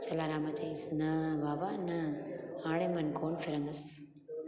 जलाराम चयईसि न बाबा न हाणे मनु कोन फिरंदसि